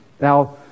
Now